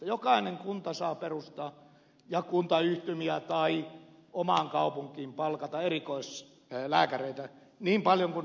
jokainen kunta saa perustaa niitä ja kuntayhtymiä tai palkata omaan kaupunkiin erikoislääkäreitä niin paljon kuin haluaa